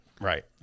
Right